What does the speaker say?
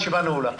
הישיבה נעולה.